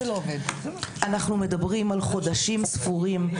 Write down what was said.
אנחנו מדברים על חודשים ספורים.